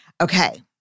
Okay